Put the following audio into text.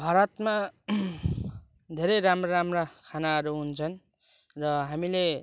भारतमा धेरै राम्रा राम्रा खानाहरू हुन्छन् र हामीले